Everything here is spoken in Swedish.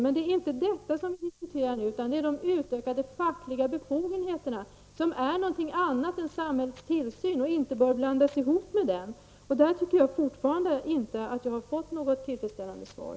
Det är emellertid inte detta vi nu diskuterar utan det är de utökade befogenheterna, som är någonting annat än samhällets tillsyn. Dessa båda saker bör inte blandas ihop. På den punkten anser jag fortfarande att jag inte har fått något tillfredsställande svar.